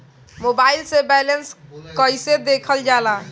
Mobile से balance कइसे देखल जाला?